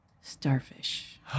Starfish